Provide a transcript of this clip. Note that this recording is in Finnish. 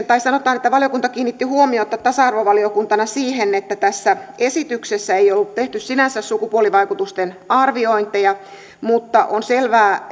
tai melko tärkeä valiokunta kiinnitti huomiota tasa arvovaliokuntana siihen että tässä esityksessä ei ollut tehty sinänsä sukupuolivaikutusten arviointeja mutta on selvää